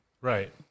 Right